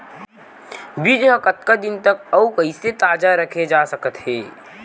बीज ह कतका दिन तक अऊ कइसे ताजा रखे जाथे सकत हे?